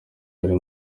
ari